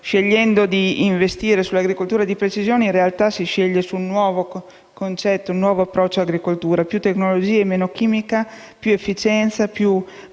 scegliendo di investire sull'agricoltura di precisione, in realtà, si sceglie un nuovo concetto e un nuovo approccio per l'agricoltura: più tecnologie, meno chimica, più efficienza, più